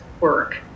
work